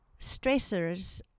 stressors